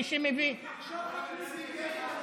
מי שמציל נפש אחת מישראל,